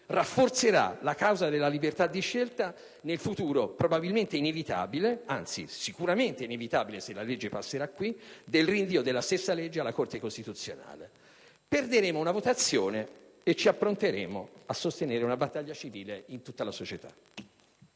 rafforzerà la causa della libertà di scelta nel futuro, sicuramente inevitabile se la legge passerà qui, del rinvio della stessa legge alla Corte costituzionale. Perderemo una votazione e ci appronteremo a sostenere una battaglia civile in tutta la società.